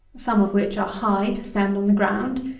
some of which are high to stand on the ground,